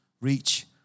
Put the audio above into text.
Reach